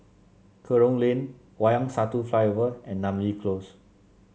Kerong Lane Wayang Satu Flyover and Namly Close